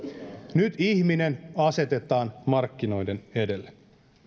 nyt ihminen asetetaan markkinoiden edelle